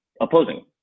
opposing